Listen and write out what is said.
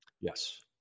Yes